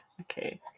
Okay